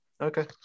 Okay